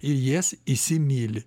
ir jas įsimyli